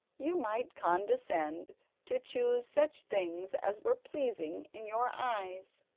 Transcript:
you might condescend to choose such things as were pleasing in your eyes